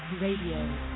Radio